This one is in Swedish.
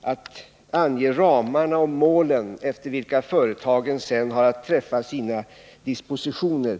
att ange ramarna och målen efter vilka företagen sedan har att träffa sina dispositioner.